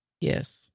Yes